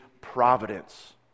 providence